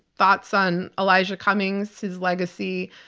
thoughts on elijah cummings, his legacy,